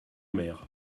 mer